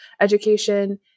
education